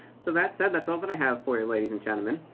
so that said, that's all that i have for you ladies and gentlemen.